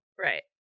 Right